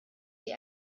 sie